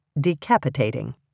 decapitating